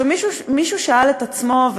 מישהו שאל את עצמו,